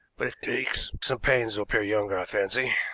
but takes some pains to appear younger, i fancy.